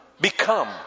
Become